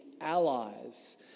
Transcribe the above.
allies